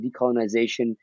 decolonization